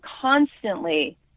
constantly